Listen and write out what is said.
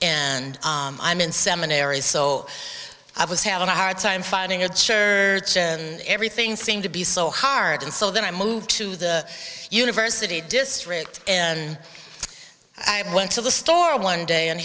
and i'm in seminary so i was having a hard time finding a church and everything seemed to be so hard and so then i moved to the university district and i went to the store one day and